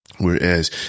Whereas